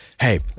Hey